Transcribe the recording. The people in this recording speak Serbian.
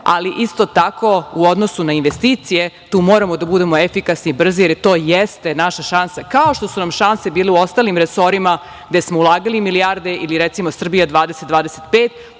ali isto tako u odnosu na investicije, tu moramo da budemo efikasni i brzi. Jer, to jeste naša šansa kao što su nam šanse bile u ostalim resorima gde smo ulagali milijarde ili, recimo "Srbija